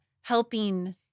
helping—